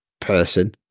person